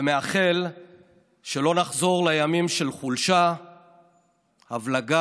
ומאחל שלא נחזור לימים של חולשה, הבלגה,